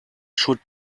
should